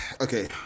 okay